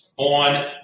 on